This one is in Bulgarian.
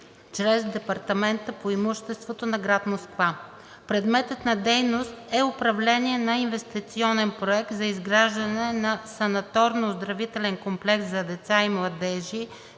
чрез Департамента по имуществото на град Москва. Предметът на дейност е управление на инвестиционен проект за изграждане на Санаторно-оздравителния комплекс за деца и младежи